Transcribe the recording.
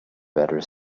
better